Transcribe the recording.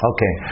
Okay